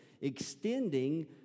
extending